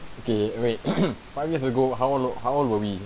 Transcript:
okay wait five years ago how old how old are we